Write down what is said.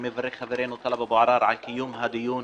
אני מברך את חברנו טלב אבו עראר על קיום הדיון